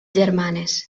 germanes